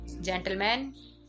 Gentlemen